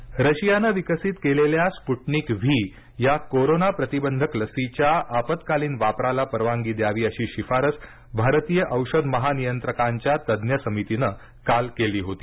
Sputnik लस रशियानं विकसित केलेल्या स्पुटनिक व्ही या कोरोना प्रतिबंधक लसीच्या आपत्कालीन वापराला परवानगी द्यावी अशी शिफारस भारतीय औषध महानियंत्रकांच्या तज्ञ समितीनं काल केली होती